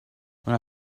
when